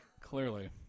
Clearly